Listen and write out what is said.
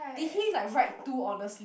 did he like write too honestly